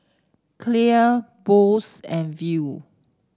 Clear Bose and Viu